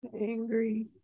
Angry